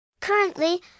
Currently